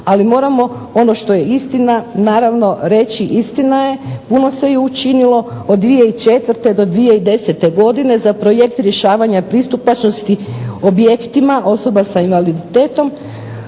Ali moramo ono što je istina naravno reći istina je, puno se učinilo od 2004. do 2010. godine za projekt rješavanja pristupačnosti objektima osoba s invaliditetom.